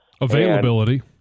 Availability